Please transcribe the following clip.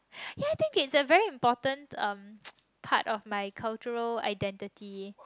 ya I think it's a very important um part of my cultural identity